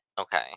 Okay